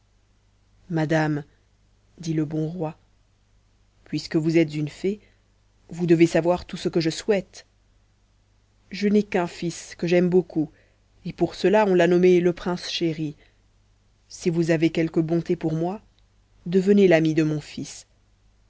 madame dit le bon roi puisque vous êtes une fée vous devez savoir tout ce que je souhaite je n'ai qu'un fils que j'aime beaucoup et pour cela on l'a nommé le prince chéri si vous avez quelque bonté pour moi devenez la bonne amie de mon fils